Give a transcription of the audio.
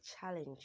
challenge